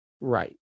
Right